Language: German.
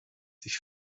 sich